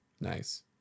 Nice